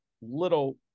little